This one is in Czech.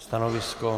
Stanovisko?